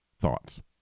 Thoughts